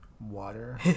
water